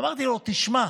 ואמרתי לו: תשמע,